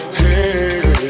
hey